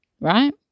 right